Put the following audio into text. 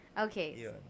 Okay